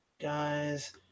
guys